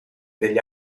degli